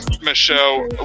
Michelle